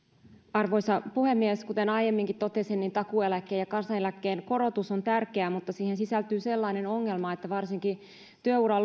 arvoisa puhemies kuten aiemminkin totesin niin takuueläkkeen ja kansaneläkkeen korotus on tärkeää mutta siihen sisältyy sellainen ongelma että varsinkin työuran